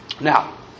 Now